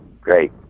Great